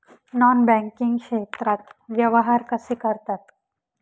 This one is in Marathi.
नॉन बँकिंग क्षेत्रात व्यवहार कसे करतात?